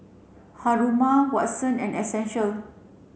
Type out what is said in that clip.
Haruma Watson and Essential